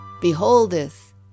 Beholdeth